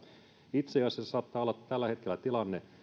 itse asiassa saattaa olla tällä hetkellä se tilanne